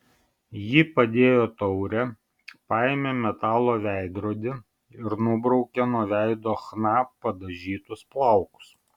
ji padėjo taurę paėmė metalo veidrodį ir nubraukė nuo veido chna padažytus plaukus